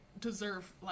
deserve